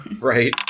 Right